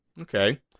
Okay